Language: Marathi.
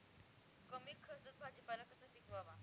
कमी खर्चात भाजीपाला कसा पिकवावा?